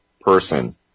person